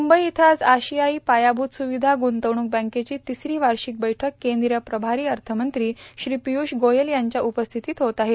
मुंबई इथं आज आशियाई पायाभूत सुविधा गुंतवणूक बँकेची तिसरी वार्षिक बैठक केंद्रीय प्रभारी अर्थमंत्री श्री पियूष गोयल यांच्या उपस्थितीत होत आहे